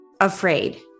afraid